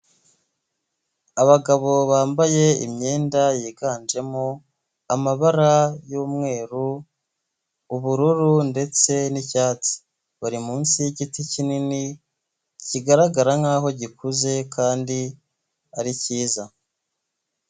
Abagabo bambaye imyenda yiganjemo amabara y'umweru, ubururu ndetse n'icyatsi bari munsi y'igiti kinini kigaragara nk'aho gikuze kandi ari cyiza.